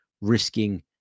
risking